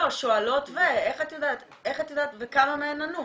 לא, שואלות ואיך את יודעת כמה מהן ענו?